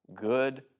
good